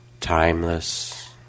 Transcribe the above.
timeless